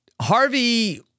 Harvey